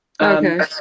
Okay